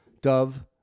Dove